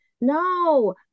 No